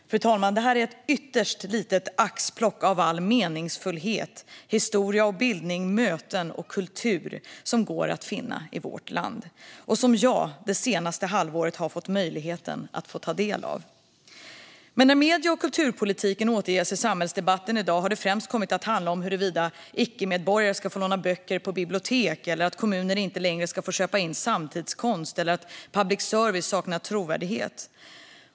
Fru talman! Detta är ett ytterst litet axplock av all meningsfullhet, historia och bildning, möten och kultur som går att finna i vårt land och som jag det senaste halvåret har fått möjlighet att ta del av. Men när medie och kulturpolitiken återges i samhällsdebatten i dag har det främst kommit att handla om huruvida icke-medborgare ska få låna böcker på bibliotek, att kommuner inte längre ska få köpa in samtidskonst eller att public service saknar trovärdighet.